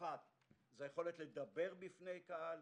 האחת זה היכולת לדבר בפני קהל,